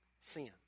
sin